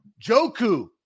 Joku